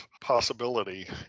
possibility